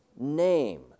name